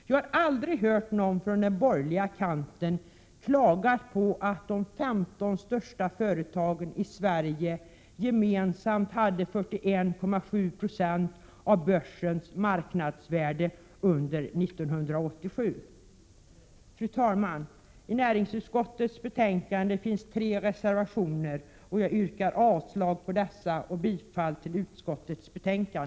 Jag har aldrig hört någon från den borgerliga kanten klaga på att de 15 största företagen i Sverige gemensamt hade 41,7 90 av börsens marknadsvärde under 1987. Fru talman! Till näringsutskottets betänkande finns tre reservationer fogade. Jag yrkar avslag på dessa och bifall till utskottets hemställan.